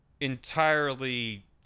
entirely